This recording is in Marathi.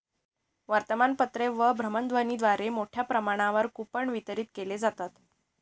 वर्तमानपत्रे व भ्रमणध्वनीद्वारे मोठ्या प्रमाणावर कूपन वितरित केले जातात